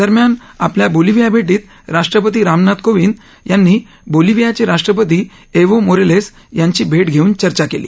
दरम्यान आपल्या बोलोव्हिया भे ीत राष्ट्रपती रामनाथ कोविंद यांनी बोलिव्हियाचे राष्ट्रपती एव्हो मोरालेस यांची भे धेऊन चर्चा केली